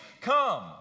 come